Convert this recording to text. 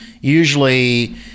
usually